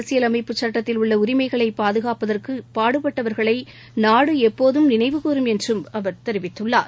அரசியல் அமைப்புச் சட்டத்தில் உள்ளஉரிமைகளைபாதுகாப்பதற்குபாடுபட்டவத்களைநாடுளப்போதும் நினைவுகூறும் என்றும் அவர் தெரிவித்துள்ளார்